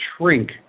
shrink